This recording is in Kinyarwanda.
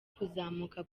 kuzamuka